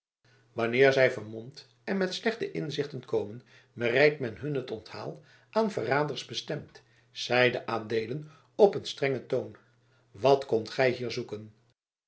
wanneer zij vermomd en met slechte inzichten komen bereidt men hun het onthaal aan verraders bestemd zeide adeelen op een strengen toon wat komt gij hier zoeken